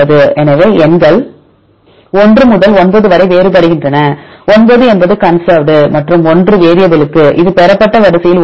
எனவே எண்கள் 1 முதல் 9 வரை வேறுபடுகின்றன 9 என்பது கன்சர்வ்டு மற்றும் 1 வேரியபல்க்கு இது பெறப்பட்ட வரிசையில் ஒரு நிலை